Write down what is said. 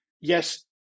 yes